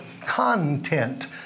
content